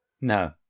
No